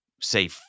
say